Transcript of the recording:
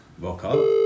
Welcome